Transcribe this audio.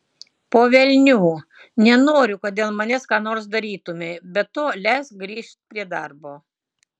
po velnių nenoriu kad dėl manęs ką nors darytumei be to leisk grįžt prie darbo